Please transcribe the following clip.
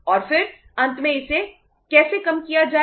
और फिर अंत में इसे कैसे कम किया जाए